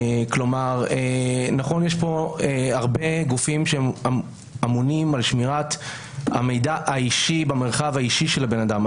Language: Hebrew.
יש פה הרבה גופים שאמונים על שמירת המידע האישי במרחב האישי של הבן אדם,